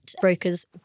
brokers